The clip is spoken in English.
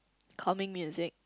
calming music